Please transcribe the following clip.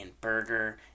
burger